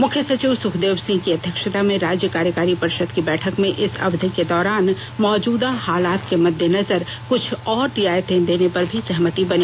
मुख्य सचिव सुखदेव सिंह की अध्यक्षता में राज्य कार्यकारी परिषद की बैठक में इस अवधि के दौरान मौजूद हालात के मद्देनजर कुछ और रियायतें देने पर भी सहमति बनी